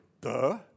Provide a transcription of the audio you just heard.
duh